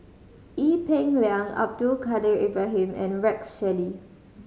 Ee Peng Liang Abdul Kadir Ibrahim and Rex Shelley